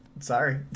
sorry